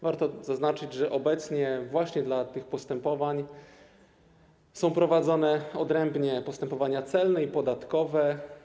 Warto zaznaczyć, że obecnie właśnie dla tych kwestii są prowadzone odrębnie postępowania celne i podatkowe.